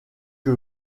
que